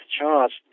charged